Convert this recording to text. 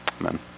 Amen